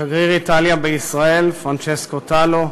שגריר איטליה בישראל פרנצ'סקו טלו,